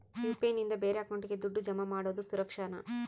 UPI ನಿಂದ ಬೇರೆ ಅಕೌಂಟಿಗೆ ದುಡ್ಡು ಜಮಾ ಮಾಡೋದು ಸುರಕ್ಷಾನಾ?